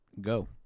go